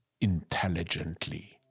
intelligently